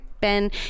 Ben